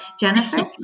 Jennifer